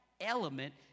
element